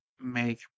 make